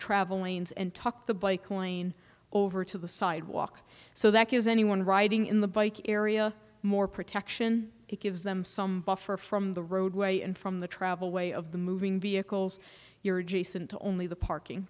traveling is and talk the bike lane over to the sidewalk so that gives anyone riding in the bike area more protection it gives them some buffer from the roadway and from the travel way of the moving vehicles you're adjacent to only the parking